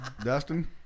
Dustin